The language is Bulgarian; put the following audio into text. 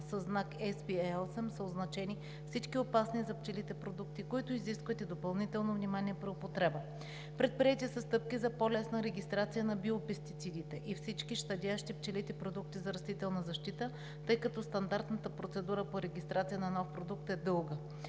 със знак SPe8 са означени всички опасни за пчелите продукти, които изискват и допълнително внимание при употреба. Предприети са стъпки за по-лесна регистрация на биопестицидите и всички щадящи пчелите продукти за растителна защита, тъй като стандартната процедура по регистрация на нов продукт е дълга